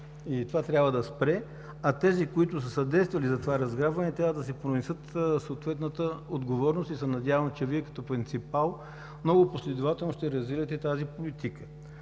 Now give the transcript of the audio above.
това трябва да спре, а тези, които са съдействали за това разграбване, трябва да си понесат съответната отговорност. Надявам се, че Вие като принципал много последователно ще развивате тази политика.